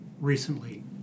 recently